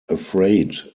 afraid